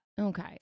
Okay